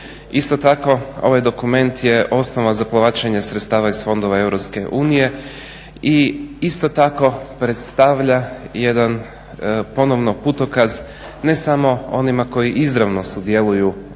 Isto tako, ovaj dokument je osnova za povlačenje sredstava iz fondova EU i isto tako predstavlja jedan ponovno putokaz ne samo onima koji izravno sudjeluju u